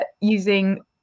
using